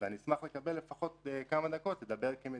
אני אשמח לקבל לפחות כמה דקות לדבר כמדינה,